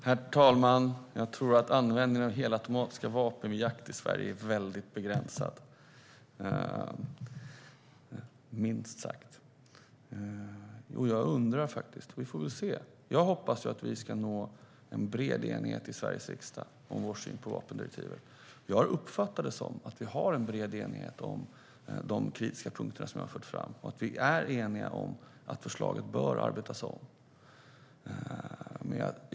Herr talman! Jag tror att användningen av helautomatiska vapen vid jakt i Sverige är väldigt begränsad, minst sagt. Jag hoppas att vi kommer att nå en bred enighet i Sveriges riksdag om vår syn på vapendirektivet. Vi får väl se. Jag har uppfattat det som att vi har en bred enighet om de kritiska punkter som jag har fört fram och att vi är eniga om att förslaget bör arbetas om.